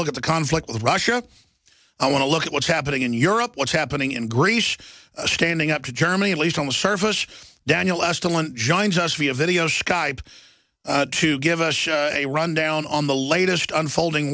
look at the conflict with russia i want to look at what's happening in europe what's happening in greece standing up to germany at least on the surface daniel estulin joins us via video skype to give us a rundown on the latest unfolding